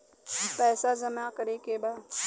पैसा जमा करे के बा?